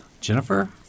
Jennifer